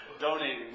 donating